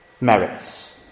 merits